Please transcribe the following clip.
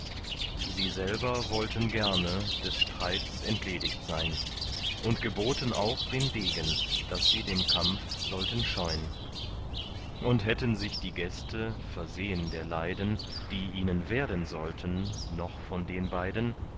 sie selber wollten gerne des streits entledigt sein und geboten auch den degen daß sie den kampf sollten scheun und hätten sich die gäste versehn der leiden die ihnen werden sollten noch von den beiden